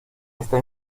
esta